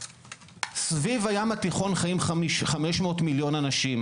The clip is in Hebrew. סביב הים התיכון חיים 500 מיליון אנשים.